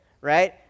right